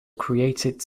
created